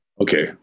Okay